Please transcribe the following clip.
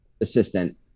assistant